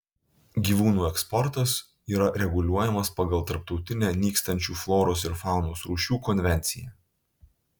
gyvūnų eksportas yra reguliuojamas pagal tarptautinę nykstančių floros ir faunos rūšių konvenciją